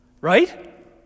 Right